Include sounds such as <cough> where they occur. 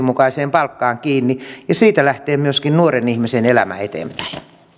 <unintelligible> mukaiseen palkkaan kiinni ja siitä lähtee myöskin nuoren ihmisen elämä eteenpäin